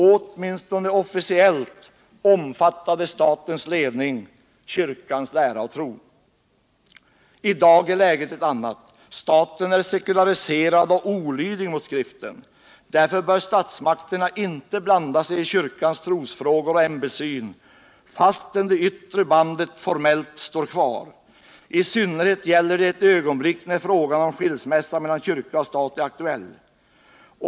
Åtminstone officiellt omfattade statens ledning kyrkans lära och tro. I dag är läget ett annat. Staten är sekulariserad och olydig mot Skriften. Därför bör statsmakterna inte blanda sig i kyrkans trosfrågor och ämbetssyn fastän det yttre bandet formellt står kvar. I synnerhet gäller det i ett ögonblick när frågan om skilsmässa mellan kyrka och stat är aktuell.